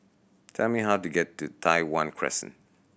please tell me how to get to Tai Hwan Crescent